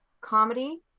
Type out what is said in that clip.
comedy